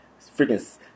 freaking